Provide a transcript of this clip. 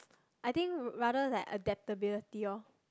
I think rather like adaptability loh